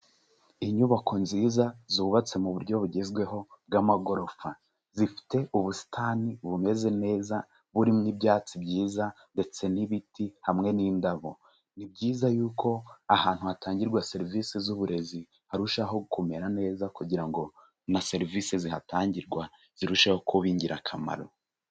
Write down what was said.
Inyubako nziza zubatse mu buryo bugezweho bw'amagorofa, zifite ubusitani bumeze neza burimo ibyatsi byiza ndetse n'ibiti hamwe n'indabo, ni byiza yuko ahantu hatangirwa serivisi z'uburezi harushaho kumera neza kugira ngo na serivisi zihatangirwa zirusheho kuba ingirakamaro.